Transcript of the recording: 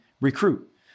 recruit